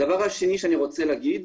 הדבר השני שאני רוצה לומר.